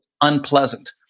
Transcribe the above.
unpleasant